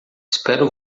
espero